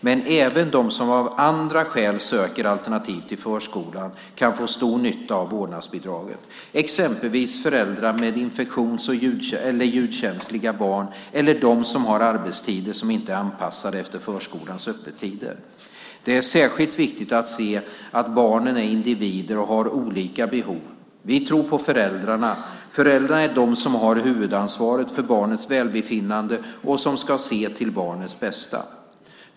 Men även de som av andra skäl söker alternativ till förskolan kan få stor nytta av vårdnadsbidraget - exempelvis föräldrar med infektions eller ljudkänsliga barn eller de som har arbetstider som inte är anpassade efter förskolans öppettider. Det är särskilt viktigt att se att barnen är individer och har olika behov. Vi tror på föräldrarna. Föräldrarna är de som har huvudansvaret för barnets välbefinnande och som ska se till barnets bästa.